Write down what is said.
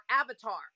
Avatar